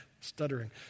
Stuttering